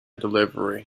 delivery